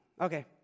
Okay